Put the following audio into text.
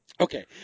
Okay